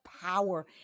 power